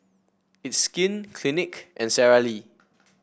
It's Skin Clinique and Sara Lee